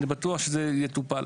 אני בטוח שזה יטופל.